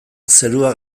zerua